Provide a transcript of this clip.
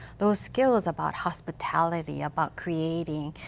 those skills about hospitality, about creating,